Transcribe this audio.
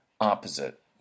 opposite